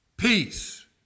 peace